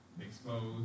exposed